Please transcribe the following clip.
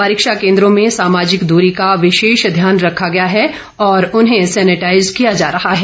परीक्षा केंद्रों में सामाजिक दूरी का विशेष ध्यान रखा गया है और उन्हें सैनिटाईज किया जा रहा है